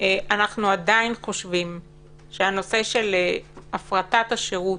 אנחנו עדיין חושבים שהנושא של הפרטת השירות